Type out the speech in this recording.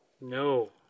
No